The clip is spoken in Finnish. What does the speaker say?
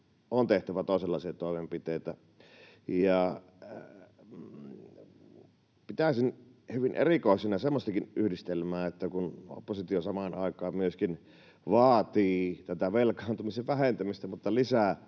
On tehtävä toisenlaisia toimenpiteitä. Pitäisin hyvin erikoisena semmoistakin yhdistelmää, että oppositio samaan aikaan myöskin vaatii velkaantumisen vähentämistä mutta